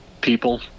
people